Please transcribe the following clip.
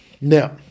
Now